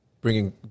bringing